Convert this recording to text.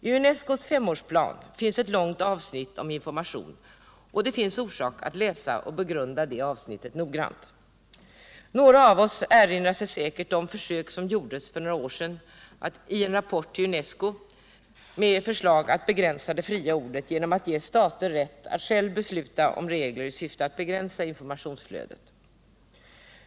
I UNESCO:s femårsplan finns ett långt avsnitt om information, och det finns orsak att läsa och begrunda det avsnittet noggrant. Några av oss erinrar sig säkert försök som gjordes för några år sedan i en rapport till UNESCO med förslag att begränsa det fria ordet genom att ge stater rätt att själva besluta om regler i syfte att begränsa informationsflödet.